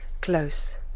close